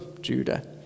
Judah